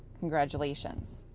congratulations.